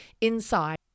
inside